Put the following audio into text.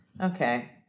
Okay